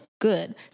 good